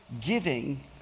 giving